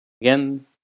Again